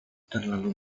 terlalu